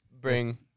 bring